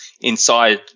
inside